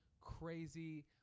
crazy